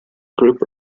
group